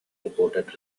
reported